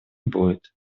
будет